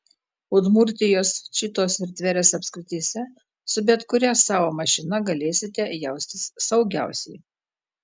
udmurtijos čitos ir tverės apskrityse su bet kuria savo mašina galėsite jaustis saugiausiai